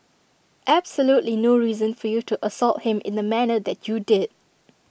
absolutely no reason for you to assault him in the manner that you did